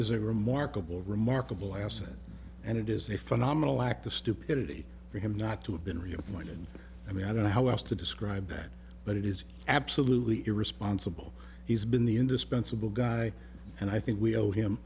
is a remarkable remarkable asset and it is a phenomenal act of stupidity for him not to have been reappointed i mean i don't know how else to describe that but it is absolutely irresponsible he's been the indispensable guy and i think we owe him